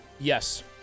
Yes